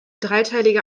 dreiteilige